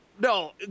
No